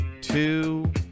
two